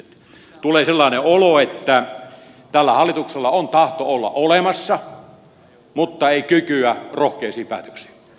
tulee sellainen olo että tällä hallituksella on tahto olla olemassa mutta ei kykyä rohkeisiin päätöksiin